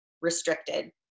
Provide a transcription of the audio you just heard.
restricted